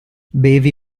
bevi